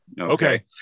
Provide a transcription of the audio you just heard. Okay